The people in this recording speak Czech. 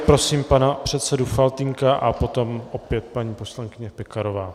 A prosím pana předsedu Faltýnka a potom opět paní poslankyně Pekarová.